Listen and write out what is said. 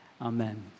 Amen